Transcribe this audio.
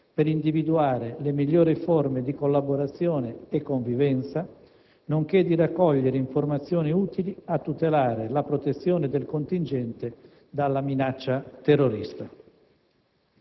per individuare le migliori forme di collaborazione e convivenza, nonché di raccogliere informazioni utili a tutelare la protezione del contingente dalla minaccia terroristica.